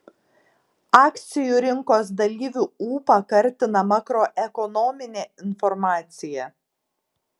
akcijų rinkos dalyvių ūpą kartina makroekonominė informacija